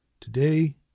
Today